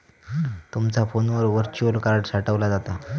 तुमचा फोनवर virtual card साठवला जाता